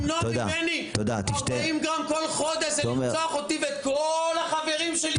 למנוע ממני 40 גרם כל חודש זה לרצוח אותי ואת כל החברים שלי.